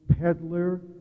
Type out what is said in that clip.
peddler